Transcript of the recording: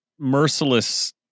Merciless